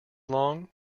long